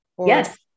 Yes